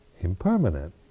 impermanent